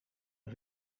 een